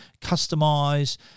customize